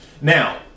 Now